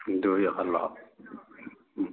ꯎꯝ ꯑꯗꯨ ꯌꯥꯎꯍꯜꯂꯣ ꯎꯝ